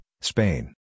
Spain